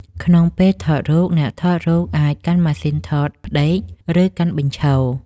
ក្នុងពេលថតរូប អ្នកថតរូបអាចកាន់ម៉ាស៊ីនថតផ្ដេក ឬកាន់បញ្ឈរ។